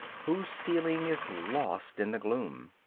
whose ceiling is lost in the gloom.